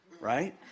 Right